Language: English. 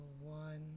One